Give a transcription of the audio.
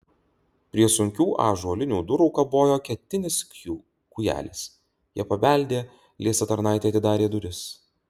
prie sunkių ąžuolinių durų kabojo ketinis kūjelis jie pabeldė liesa tarnaitė atidarė duris